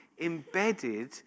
embedded